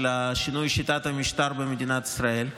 של שינוי שיטת המשטר במדינת ישראל.